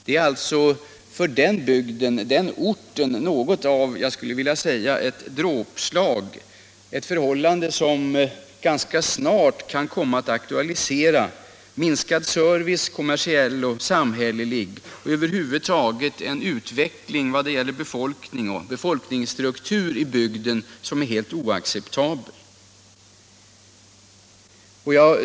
Det är alltså för den orten något av vad jag skulle vilja kalla ett dråpslag. Det kan ganska snart komma att aktualisera minskad service, kommersiell och samhällelig, och över huvud taget en utveckling vad gäller befolkning och befolkningsstruktur i bygden som är helt oacceptabel.